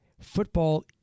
Football